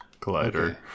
collider